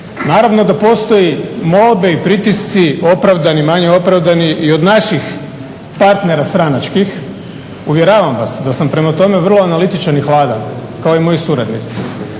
Naravno da postoje molbe i pritisci, opravdani i manje opravdani i od naših partnera stranačkih. Uvjeravam vas da sam prema tome vrlo analitičan i hladan kao i moji suradnici.